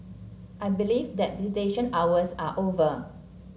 I believe that visitation hours are over